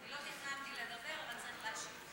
אני לא תכננתי לדבר, אבל צריך להשיב.